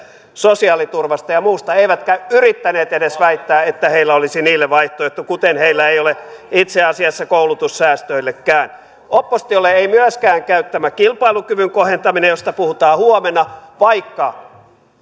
sosiaaliturvasta ja muusta eivätkä yrittäneet edes väittää että heillä olisi niille vaihtoehto kuten heillä ei ole itse asiassa koulutussäästöillekään oppositiolle ei myöskään käy tämä kilpailukyvyn kohentaminen josta puhutaan huomenna vaikka